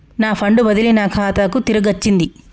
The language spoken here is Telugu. నా ఫండ్ బదిలీ నా ఖాతాకు తిరిగచ్చింది